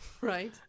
Right